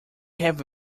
have